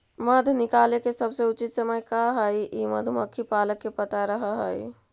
मध निकाले के सबसे उचित समय का हई ई मधुमक्खी पालक के पता रह हई